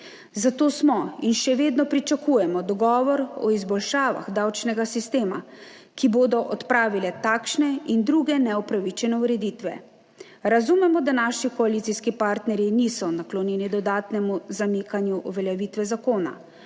Zato še vedno pričakujemo dogovor o izboljšavah davčnega sistema, ki bodo odpravile takšne in druge neupravičene ureditve. Razumemo, da naši koalicijski partnerji niso naklonjeni dodatnemu zamikanju uveljavitve zakona,